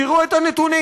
תראו את הנתונים.